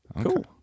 Cool